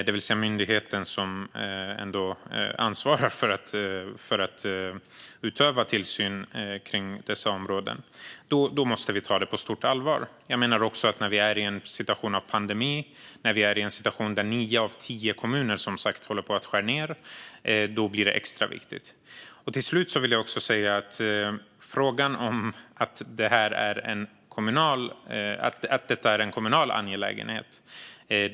Det är alltså myndigheten som ansvarar för att utöva tillsyn på dessa områden. Jag menar också att detta blir extra viktigt när vi är i en situation av pandemi och när vi är i en situation där nio av tio kommuner som sagt håller på att skära ned. Det stämmer att detta är en kommunal angelägenhet.